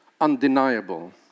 undeniable